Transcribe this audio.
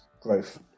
growth